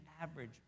average